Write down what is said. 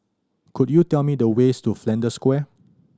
could you tell me the ways to Flanders Square